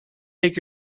take